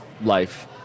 life